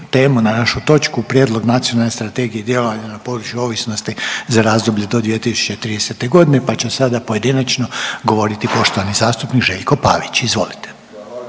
na našu točku Prijedlog Nacionalne strategije djelovanja na području ovisnosti za razdoblje do 2030.g. pa će sada pojedinačno govoriti poštovani zastupnik Željko Pavić. Izvolite.